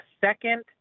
second